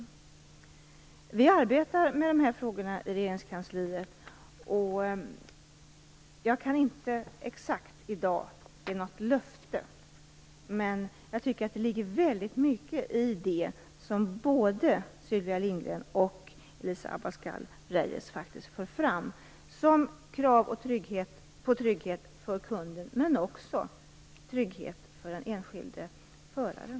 I Regeringskansliet arbetar vi med de här frågorna. I dag kan jag inte ge något exakt löfte, men jag tycker att det ligger väldigt mycket i det som både Sylvia Lindgren och Elisa Abascal Reyes för fram om krav på trygghet för kunden och också för den enskilde föraren.